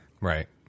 Right